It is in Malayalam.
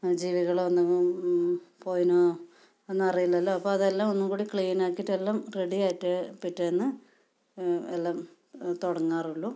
ജീവികൾ എന്തെങ്കിലും പോയിനോ എന്നറിയില്ലല്ലോ അപ്പം അതെല്ലാം ഒന്നും കൂടി ക്ലീൻ ആക്കിയിട്ട് എല്ലാം റെഡി ആയിട്ടേ പിറ്റേന്ന് എല്ലാം തുടങ്ങാറുള്ളൂ